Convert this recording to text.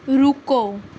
رکو